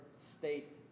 state